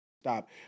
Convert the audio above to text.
stop